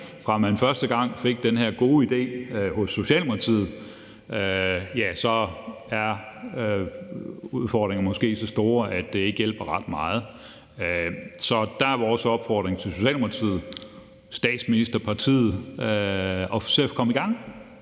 efter man første gang fik den her gode idé hos Socialdemokratiet, for så er udfordringerne måske så store, at det ikke hjælper ret meget. Så der er vores opfordring til Socialdemokratiet, statsministerpartiet, at man skal se at komme i gang